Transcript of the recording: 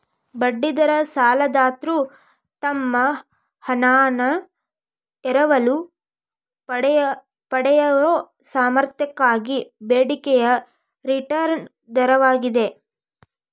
ಬಡ್ಡಿ ದರ ಸಾಲದಾತ್ರು ತಮ್ಮ ಹಣಾನ ಎರವಲು ಪಡೆಯಯೊ ಸಾಮರ್ಥ್ಯಕ್ಕಾಗಿ ಬೇಡಿಕೆಯ ರಿಟರ್ನ್ ದರವಾಗಿದೆ